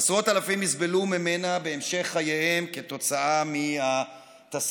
עשרות אלפים יסבלו ממנה בהמשך חייהם כתוצאה מהתסמינים